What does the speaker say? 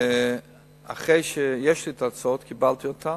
ואחרי שיש לי תוצאות, קיבלתי אותן,